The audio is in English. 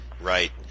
Right